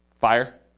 Fire